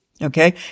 Okay